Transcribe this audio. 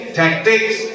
tactics